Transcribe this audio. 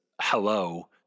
hello